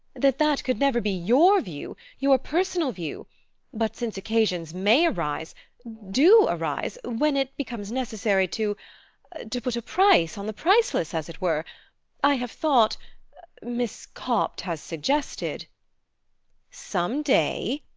that that could never be your view, your personal view but since occasions may arise do arise when it becomes necessary to to put a price on the priceless, as it were i have thought miss copt has suggested some day,